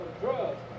drugs